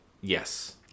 Yes